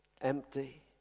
empty